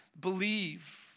believe